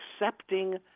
accepting